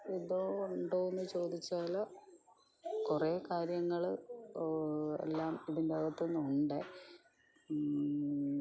ഇതോ ഉണ്ടോന്ന് ചോദിച്ചാൽ കുറെ കാര്യങ്ങൾ എല്ലാം ഇതിൻ്റകത്തൂന്ന് ഉണ്ട്